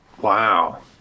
Wow